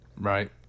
Right